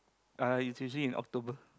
uh it's usually in October